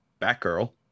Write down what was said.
Batgirl